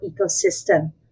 ecosystem